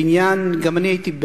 בעניין, גם אני הייתי.